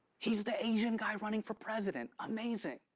he's the asian guy running for president. amazing.